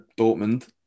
Dortmund